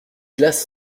glace